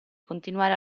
continuare